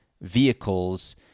vehicles